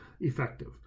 effective